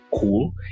cool